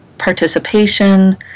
participation